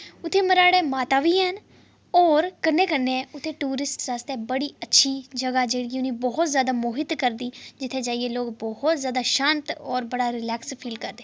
उत्थै मराह्ड़ा माता बी हैन होर कन्नै कन्नै उत्थै टूरिस्ट आस्तै बड़ी अच्छी जगह् जेह्ड़ी कि उ'नें बहुत जैदा मोहित करदी जित्थै जाइयै लोक बहुत जैदा शांत और बड़ा रिलैक्स फील करदे